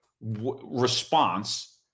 response